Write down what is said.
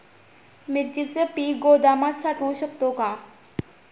मिरचीचे पीक गोदामात साठवू शकतो का?